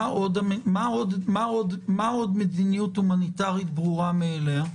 מה עוד הוא מדיניות הומניטרית ברורה מאליה?